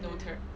noted